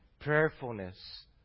prayerfulness